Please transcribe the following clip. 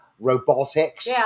robotics